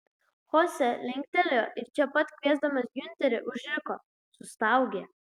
chose linktelėjo ir čia pat kviesdamas giunterį užriko sustaugė